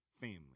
family